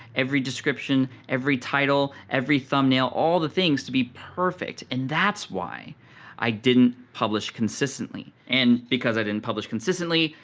every description, every title, every thumbnail, all the things to be perfect and that's why i didn't publish consistently. and because i didn't publish consistently,